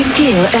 Skill